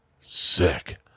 sick